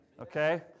Okay